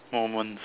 moment